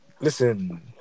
listen